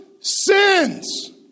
sins